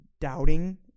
doubting